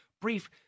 brief